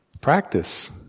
practice